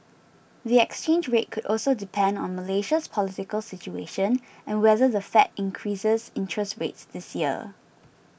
the exchange rate could also depend on Malaysia's political situation and whether the Fed increases interest rates this year